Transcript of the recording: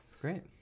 Great